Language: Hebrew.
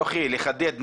יוכי, כדי לחדד.